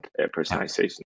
personalization